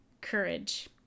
Courage